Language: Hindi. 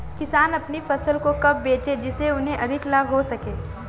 किसान अपनी फसल को कब बेचे जिसे उन्हें अधिक लाभ हो सके?